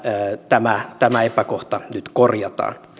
tämä tämä epäkohta nyt korjataan